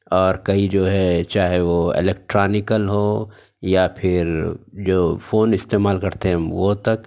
اور کئی جو ہے چاہے وہ الیکٹرانکل ہو یا پھر جو فون استعمال کرتے ہیں وہ تک